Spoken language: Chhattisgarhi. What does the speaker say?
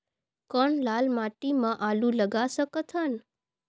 कौन लाल माटी म आलू लगा सकत हन?